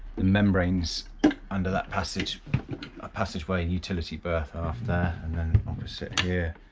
the membrane's under that passageway ah passageway and utility berth aft there, and then obviously here,